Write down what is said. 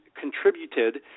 contributed